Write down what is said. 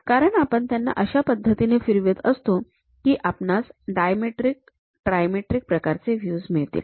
कारण आपण त्यांना अशा पद्धतीने फिरवत असतो की आपणास डायमेट्रिक ट्रायमेट्रिक प्रकारचे व्ह्यूज मिळतील